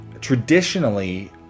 traditionally